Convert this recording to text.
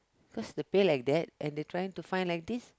cause the pay like that and they trying to fine like this